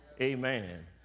Amen